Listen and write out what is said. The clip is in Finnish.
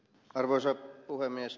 arvoisa puhemies